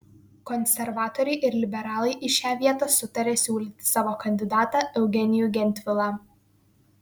konservatoriai ir liberalai į šią vietą sutarė siūlyti savo kandidatą eugenijų gentvilą